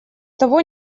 того